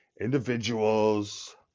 individuals